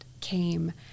came